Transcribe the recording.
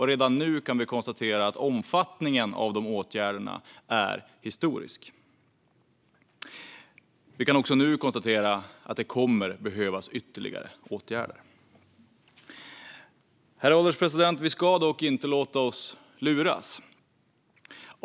Redan nu kan vi konstatera att omfattningen av de åtgärderna är historisk. Vi kan också konstatera att det kommer att behövas ytterligare åtgärder. Herr ålderspresident! Vi ska dock inte låta oss luras.